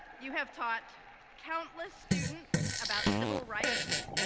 you have taught countless students about civil rights,